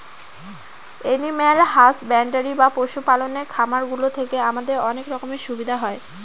animal husbandry বা পশু পালনের খামার গুলো থেকে আমাদের অনেক রকমের সুবিধা হয়